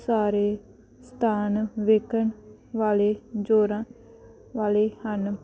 ਸਾਰੇ ਸਥਾਨ ਵੇਖਣ ਵਾਲੇ ਜੋਰਾਂ ਵਾਲੇ ਹਨ